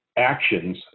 actions